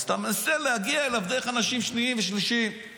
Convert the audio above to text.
אז אתה מנסה להגיע אליו דרך אנשים שניים ושלישיים.